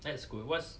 that's cool what's